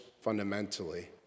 fundamentally